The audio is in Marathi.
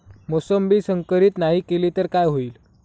मोसंबी संकरित नाही केली तर काय होईल?